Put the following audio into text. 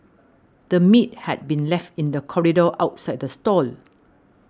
the meat had been left in the corridor outside the stall